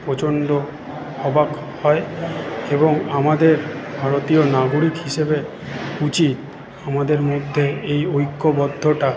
প্রচন্ড অবাক হয় এবং আমাদের ভারতীয় নাগরিক হিসেবে উচিত আমাদের মধ্যে এই ঐক্যবদ্ধতা